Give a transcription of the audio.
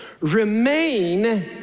remain